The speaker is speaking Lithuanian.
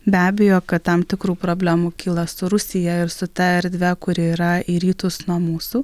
be abejo kad tam tikrų problemų kyla su rusija ir su ta erdve kuri yra į rytus nuo mūsų